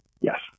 Yes